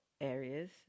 areas